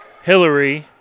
Hillary